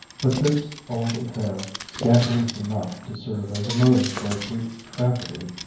but this old affair, scandalous enough to serve as a motive for a greek tragedy,